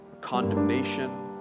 condemnation